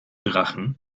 drachen